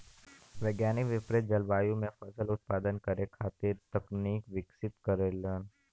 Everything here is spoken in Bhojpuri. वैज्ञानिक विपरित जलवायु में फसल उत्पादन करे खातिर तकनीक विकसित करेलन